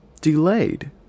Delayed